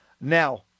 Now